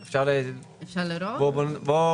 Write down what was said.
טוב מאוד, הבהרה חשובה.